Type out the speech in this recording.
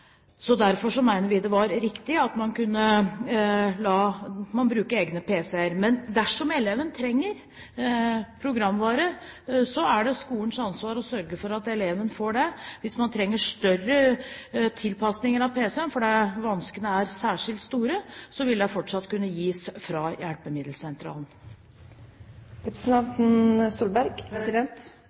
så derfor mente vi det var riktig at man kunne la elevene bruke egne pc-er. Dersom eleven trenger programvare, er det skolens ansvar å sørge for at eleven får det. Hvis man trenger større tilpasninger av pc-en, der vanskene er særskilt store, vil det fortsatt kunne gis hjelp fra